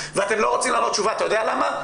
ואתם לא רוצים לענות תשובה, אתה יודע למה?